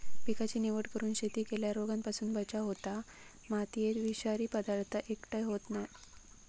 पिकाची निवड करून शेती केल्यार रोगांपासून बचाव होता, मातयेत विषारी पदार्थ एकटय होयत नाय